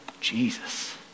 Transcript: Jesus